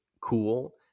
cool